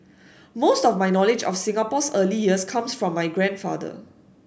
most of my knowledge of Singapore's early years comes from my grandfather